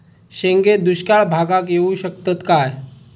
शेंगे दुष्काळ भागाक येऊ शकतत काय?